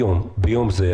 ביום זה,